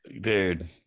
Dude